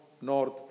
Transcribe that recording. north